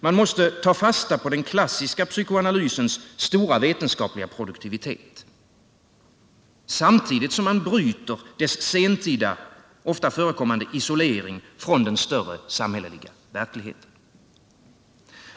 Man måste ta fasta på den klassiska psykoanalysens stora vetenskapliga produktivitet samtidigt som man bryter dess sentida isolering från den större samhälleliga verkligheten.